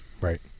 Right